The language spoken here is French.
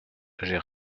j’ai